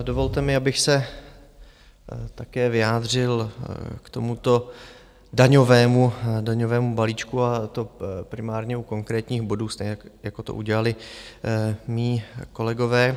Dovolte mi, abych se také vyjádřil k tomuto daňovému balíčku, a to primárně u konkrétních bodů, stejně jako to udělali mí kolegové.